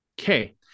Okay